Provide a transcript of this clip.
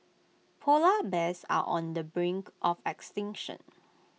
Polar Bears are on the brink of extinction